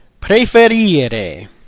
Preferire